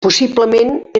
possiblement